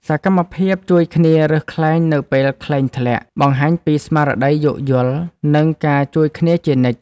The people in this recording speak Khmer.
សកម្មភាពជួយគ្នារើសខ្លែងនៅពេលខ្លែងធ្លាក់ បង្ហាញពីស្មារតីយោគយល់ និងការជួយគ្នាជានិច្ច។